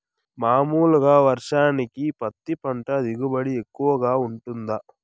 మామూలుగా వర్షానికి పత్తి పంట దిగుబడి ఎక్కువగా గా వుంటుందా?